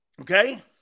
Okay